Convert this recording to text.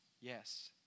Yes